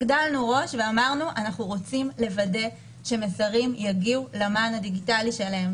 הגדלנו ראש ואמרנו שאנחנו רוצים לוודא שמסרים יגיעו למען הדיגיטלי שלהם,